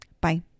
Bye